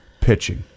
pitching